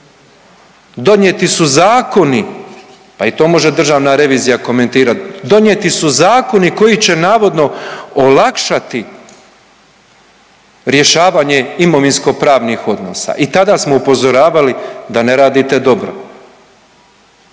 donijeti su zakoni pa i to može Državna revizija komentirati, donijeti su zakoni koji će navodno olakšati rješavanje imovinsko-pravnih odnosa i tada smo upozoravali da ne radite dobro,